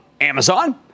Amazon